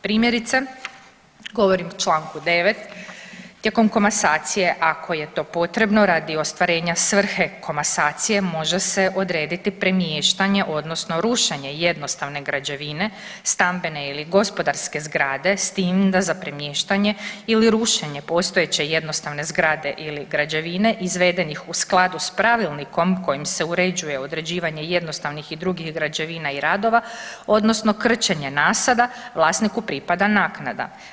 Primjerice govorim o čl.9., tijekom komasacije, a ako je to potrebno radi ostvarenja svrhe komasacije može se odrediti premještanje odnosno rušenje jednostavne građevine stambene ili gospodarske zgrade s tim da za premještanje ili rušenje postojeće jednostavne zgrade ili građevine izvedenih u skladu s pravilnikom kojim se uređuje određivanje jednostavnih i drugih građevina i radova odnosno krčenje nasada vlasniku pripada naknada.